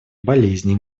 болезней